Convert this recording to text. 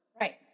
right